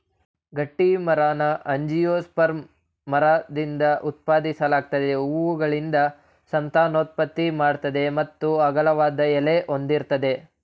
ಗಟ್ಟಿಮರನ angiosperm ಮರದಿಂದ ಉತ್ಪಾದಿಸಲಾಗ್ತದೆ ಹೂವುಗಳಿಂದ ಸಂತಾನೋತ್ಪತ್ತಿ ಮಾಡ್ತದೆ ಮತ್ತು ಅಗಲವಾದ ಎಲೆ ಹೊಂದಿರ್ತದೆ